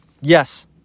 Yes